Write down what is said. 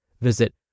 Visit